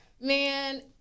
man